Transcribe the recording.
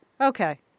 Okay